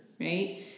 right